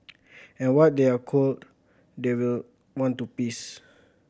and what they are cold they will want to piss